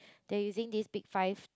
they using this big five